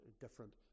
different